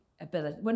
ability